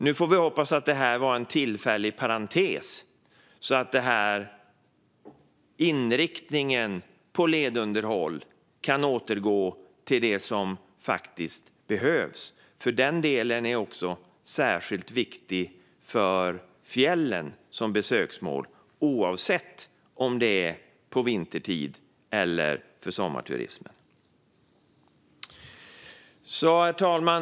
Man får hoppas att det här var en tillfällig parentes så att inriktningen på ledunderhåll kan återgå till det som faktiskt behövs. Det är även särskilt viktigt för fjällen som besöksmål, oavsett om det gäller vintertid eller sommarturism. Herr talman!